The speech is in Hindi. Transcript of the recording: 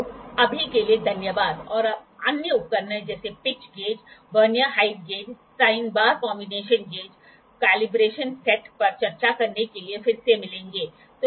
तो अभी के लिए धन्यवाद और हम अन्य उपकरणों जैसे pitch gauge pitch gauge vernier height gauge फिर sine bar combination gauge combination set पर चर्चा करने के लिए फिर से मिलेंगे